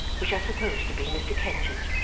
which i supposed to be mr. kenge's.